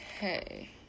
hey